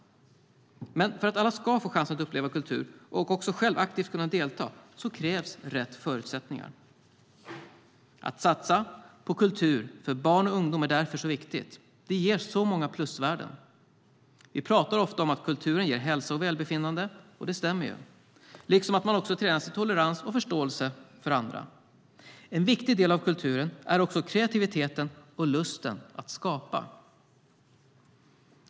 Men för att alla ska få chansen att uppleva kultur och också själv aktivt kunna delta krävs rätt förutsättningar. Att satsa på kultur för barn och ungdom är därför så viktigt. Det ger så många plusvärden. Vi pratar ofta om att kulturen ger hälsa och välbefinnande, och det stämmer, liksom att man tränas i tolerans och förståelse för andra. En viktig del av kulturen är också kreativiteten och lusten att skapa.